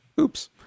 Oops